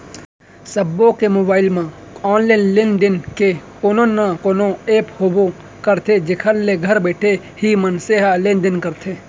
सबो के मोबाइल म ऑनलाइन लेन देन के कोनो न कोनो ऐप होबे करथे जेखर ले घर बइठे ही मनसे ह लेन देन करथे